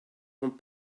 von